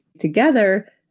together